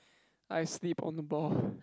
I slip on the ball